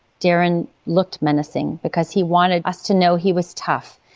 darren looked menacing because he wanted us to know he was tough.